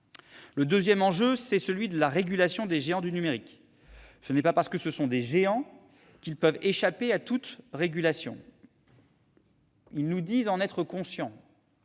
Le deuxième enjeu est celui de la régulation des géants du numérique. Ce n'est pas parce que ce sont des géants qu'ils peuvent échapper à toute régulation. Ils nous disent en être conscients,